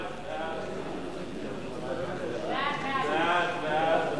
ההצעה להעביר